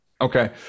Okay